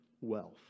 wealth